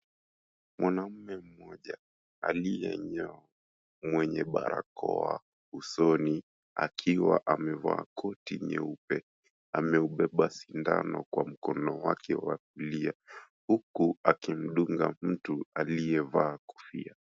Mwanaume mmoja, aliyenyoa, mwenye barakoa usoni, akiwa amevaa koti nyeupe, ameubeba sindano kwa mkono wake wa kulia. Huku akimdunga mtu aliyevaa kofia.